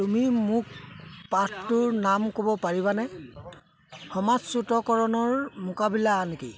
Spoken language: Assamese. তুমি মোক পাঠটোৰ নাম ক'ব পাৰিবানে 'সমাজচ্যুতকৰণৰ মোকাবিলা নেকি